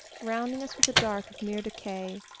rounding us with a dark of mere decay,